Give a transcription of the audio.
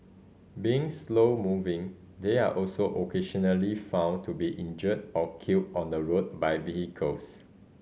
being slow moving they are also occasionally found to be injured or killed on the road by vehicles